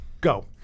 Go